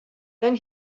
then